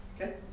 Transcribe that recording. Okay